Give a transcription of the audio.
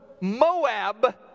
Moab